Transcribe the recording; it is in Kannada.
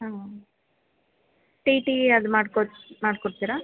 ಹಾಂ ಟಿ ಟಿ ಅದು ಮಾಡ್ಕೊಡಿ ಮಾಡ್ಕೊಡ್ತೀರಾ